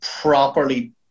properly